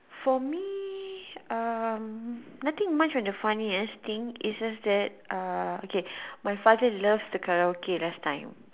for me um nothing much on the funniest thing is just that uh okay my father love to Karaoke last time